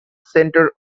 center